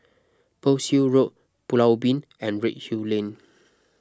Pearl's Hill Road Pulau Ubin and Redhill Lane